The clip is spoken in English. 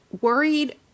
worried